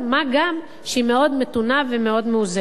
מה גם שהיא מאוד מתונה ומאוד מאוזנת.